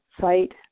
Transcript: site